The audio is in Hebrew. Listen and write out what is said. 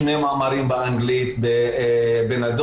עשרות שנים מאוחר יותר,